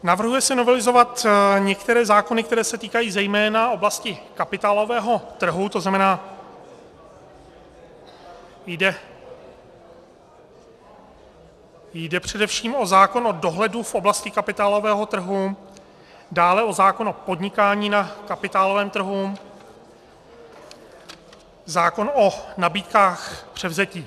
Navrhuje se novelizovat některé zákony, které se týkají zejména oblasti kapitálového trhu, to znamená, že jde především o zákon o dohledu v oblasti kapitálového trhu, dále o zákon o podnikání na kapitálovém trhu, zákon o nabídkách převzetí.